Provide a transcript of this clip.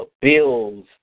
bills